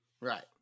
Right